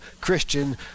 Christian